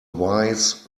wise